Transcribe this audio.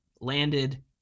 landed